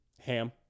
Ham